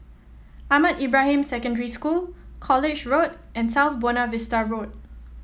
Ahmad Ibrahim Secondary School College Road and South Buona Vista Road